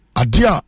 adia